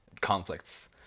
conflicts